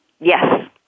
Yes